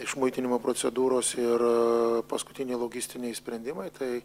išmaitinimo procedūros ir paskutiniai logistiniai sprendimai tai